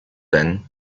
then